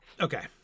Okay